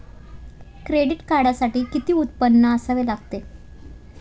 Credit कार्डसाठी किती उत्पन्न असावे लागते?